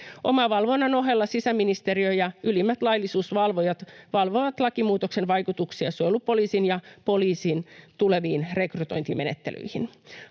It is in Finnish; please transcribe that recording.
Omavalvonnan ohella sisäministeriö ja ylimmät laillisuusvalvojat valvovat lakimuutoksen vaikutuksia suojelupoliisin ja poliisin tuleviin rekrytointimenettelyihin.